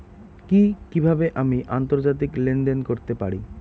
কি কিভাবে আমি আন্তর্জাতিক লেনদেন করতে পারি?